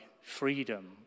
freedom